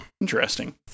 interesting